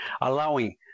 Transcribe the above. allowing